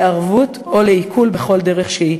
לערבות או לעיקול בכל דרך שהיא,